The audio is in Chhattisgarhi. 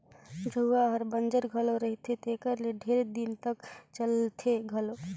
झउहा हर बंजर घलो रहथे तेकर ले ढेरे दिन तक चलथे घलो